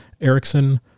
Erickson